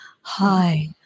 Hi